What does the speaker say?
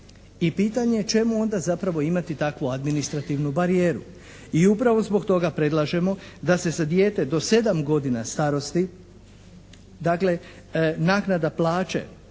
i pitanje čemu onda zapravo imati takvu administrativnu barijeru. I upravo zbog toga predlažemo da se za dijete do 7 godina starosti, dakle naknada plaće